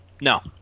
No